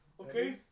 Okay